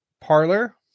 parlor